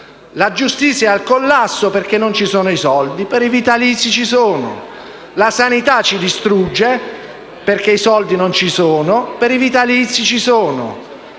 La giustizia è al collasso, perché non ci sono i soldi; per i vitalizi ci sono. La sanità ci distrugge, perché i soldi non ci sono; per i vitalizi ci sono.